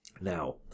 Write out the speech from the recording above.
now